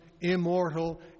immortal